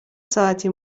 ساعتی